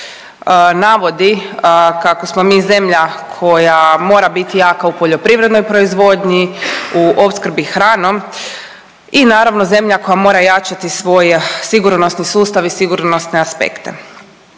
navodi kako smo mi zemlja koja mora biti jaka u poljoprivrednoj proizvodnji, u opskrbi hranom i naravno zemlja koja mora jačati svoj sigurnosni sustav i sigurnosne aspekte.